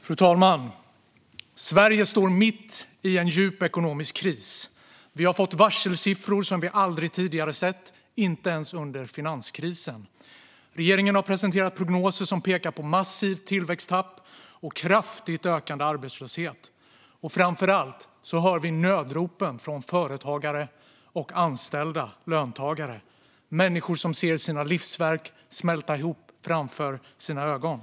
Fru talman! Sverige står mitt i en djup ekonomisk kris. Vi har fått varselsiffror som vi aldrig tidigare sett, inte ens under finanskrisen. Regeringen har presenterat prognoser som pekar på massivt tillväxttapp och kraftigt ökande arbetslöshet. Framför allt hör vi nödropen från företagare och anställda löntagare. Det är människor som ser sina livsverk smälta ihop framför sina ögon.